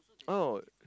oh